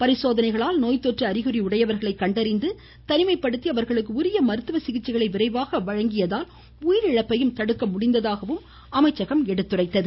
பரிசோதனைகளால் நோய்த்தொற்று அறிகுறி உடையவர்களை கண்டறிந்து தனிமைப்படுத்தி அவர்களுக்கு உரிய மருத்துவ சிகிச்சைகளை விரைவாக வழங்கியதால் உயிரிழப்பையும் தடுக்க முடிந்ததாக அமைச்சகம் கூறியுள்ளது